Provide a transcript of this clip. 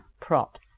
props